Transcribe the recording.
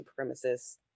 supremacists